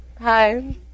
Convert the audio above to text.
Hi